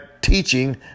teaching